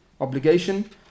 obligation